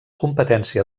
competència